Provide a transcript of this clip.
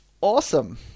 Awesome